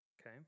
okay